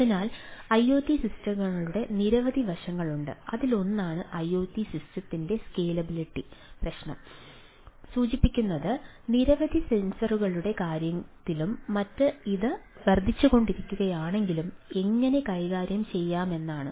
അതിനാൽ ഐഒടി സിസ്റ്റങ്ങളുടെ നിരവധി വശങ്ങളുണ്ട് അതിലൊന്നാണ് ഐഒടി സിസ്റ്റത്തിന്റെ സ്കെയിലബിളിറ്റി പ്രശ്നം സൂചിപ്പിക്കുന്നത് നിരവധി സെൻസറുകളുടെ കാര്യത്തിലും മറ്റും ഇത് വർദ്ധിച്ചുകൊണ്ടിരിക്കുകയാണെങ്കിൽ എങ്ങനെ കൈകാര്യം ചെയ്യാമെന്നാണ്